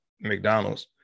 McDonald's